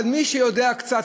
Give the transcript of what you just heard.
אבל מי שיודע קצת,